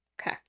Okay